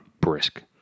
brisk